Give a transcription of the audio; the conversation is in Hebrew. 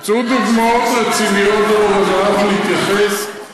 תמצאו דוגמאות רציניות, אז אנחנו נתייחס.